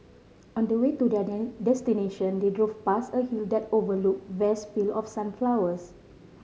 on the way to their destination they drove past a hill that overlook vast field of sunflowers